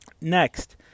Next